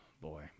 Boy